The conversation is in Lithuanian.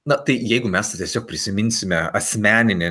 na tai jeigu mes tiesiog prisiminsime asmeninę